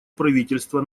правительства